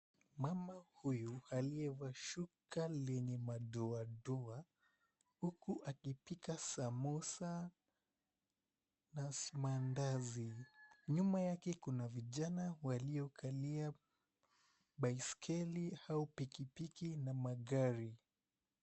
Mama huyu aliyevaa shuka lenye madoadoa huku akipika samosa na maandazi, nyuma yake kuna vijana waliokalia baiskeli au pikipiki na magari.